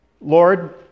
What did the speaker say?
Lord